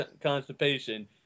constipation